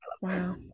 Wow